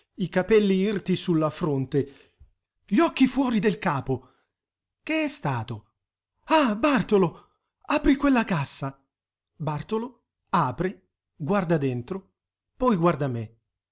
i capelli irti sulla fronte gli occhi fuori del capo ch'è stato ah bartolo apri quella cassa bartolo apre guarda dentro poi guarda me